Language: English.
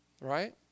right